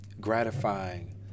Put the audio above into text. gratifying